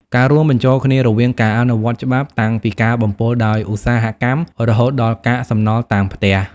ការរួមបញ្ចូលគ្នារវាងការអនុវត្តច្បាប់ តាំងពីការបំពុលដោយឧស្សាហកម្ម រហូតដល់កាកសំណល់តាមផ្ទះ។